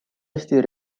eesti